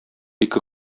ике